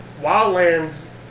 Wildlands